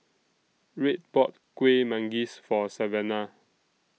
Red bought Kueh Manggis For Savanna